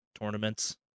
tournaments